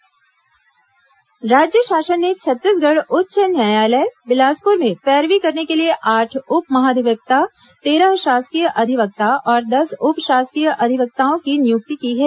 उप महाधिवक्ता नियुक्ति राज्य शासन ने छत्तीसगढ़ उच्च न्यायालय बिलासपुर में पैरवी करने के लिए आठ उप महाधिवक्ता तेरह शासकीय अधिवक्ता और दस उप शासकीय अधिवक्ताओं की नियुक्ति की है